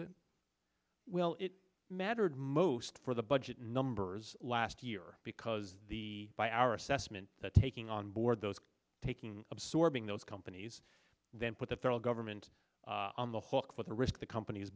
it well it mattered most for the budget numbers last year because the by our assessment that taking on board those taking absorbing those companies then put the federal government on the hook for the risk the companies